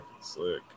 slick